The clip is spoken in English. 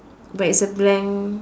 but it's a blank